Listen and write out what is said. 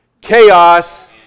Chaos